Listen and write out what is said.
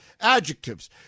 adjectives